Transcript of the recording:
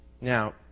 Now